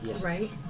Right